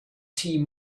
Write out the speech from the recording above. tea